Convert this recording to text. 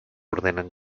ordenen